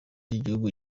cy’igihugu